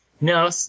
No